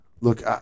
Look